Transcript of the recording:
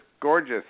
gorgeous